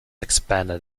expanded